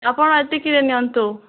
ଆପଣ ଏତିକିରେ ନିଅନ୍ତୁ